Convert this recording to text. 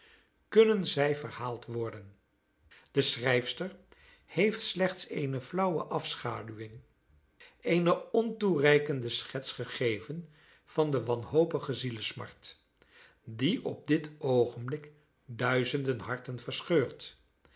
kunnen zij verhaald worden de schrijfster heeft slechts een flauwe afschaduwing eene ontoereikende schets gegeven van de wanhopige zielesmart die op dit oogenblik duizenden harten verscheurt